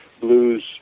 blues